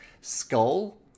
Skull